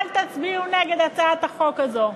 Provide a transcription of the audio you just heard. אל תצביעו נגד הצעת החוק הזאת.